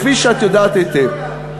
כפי שאת יודעת היטב.